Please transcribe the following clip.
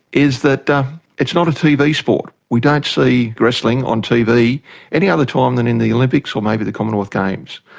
is that it's not a tv sport. we don't see wrestling on tv any other time than in the olympics or maybe the commonwealth games.